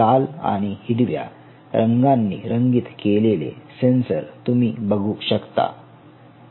लाल आणि हिरव्या रंगांनी रंगीत केलेले सेन्सर तुम्ही बघू शकता